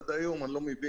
עד היום אני לא מבין.